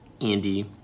Andy